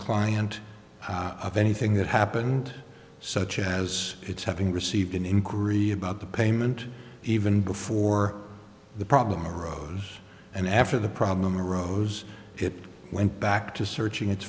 client of anything that happened such as its having received an inquiry about the payment even before the problem arose and after the problem arose it went back to searching it